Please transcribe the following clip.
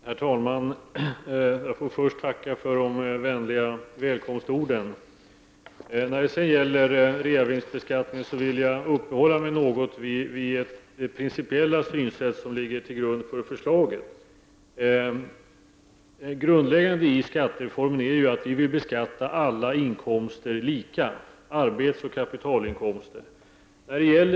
Herr talman! Jag får först tacka för de vänliga välkomstorden. När det gäller reavinstbeskattningen vill jag uppehålla-mig något vid det principiella synsätt som ligger till grund för förslaget. Grundläggande i skattereformen är att alla inkomster, arbetsoch kapitalinkomster, skall beskattas lika.